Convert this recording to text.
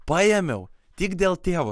paėmiau tik dėl tėvo